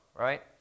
right